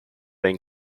have